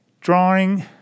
drawing